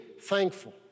thankful